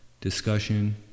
discussion